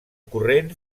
corrent